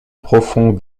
profond